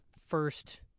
first